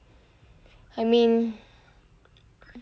I mean